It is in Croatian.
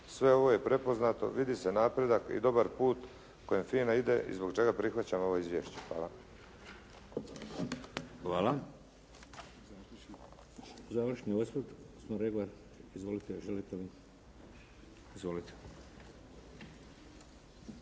Sve ovo je prepoznato, vidi se napredak i dobar put kojim FINA ide i zbog čega prihvaćam ovo izvješće. Hvala.